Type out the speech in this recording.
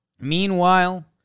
Meanwhile